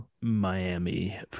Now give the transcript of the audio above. Miami